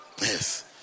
Yes